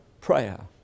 prayer